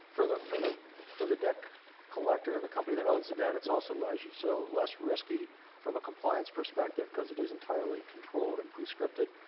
for the for the for the debt collector, the company that owns the debt, it's also allows you so, less risky from a compliance perspective, because it is entirely controlled and pre-scripted,